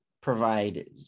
provide